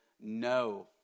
no